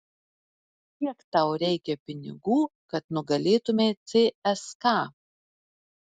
kiek tau reikia pinigų kad nugalėtumei cska